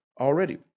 already